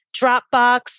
Dropbox